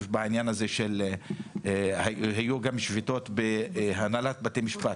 בעניין הזה של שביתות בהנהלת בתי המשפט.